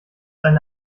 eine